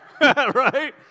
Right